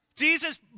Jesus